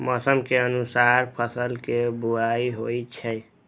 मौसम के अनुसार फसल के बुआइ होइ छै